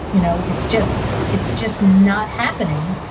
you know, it's just it's just not happening.